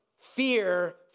fear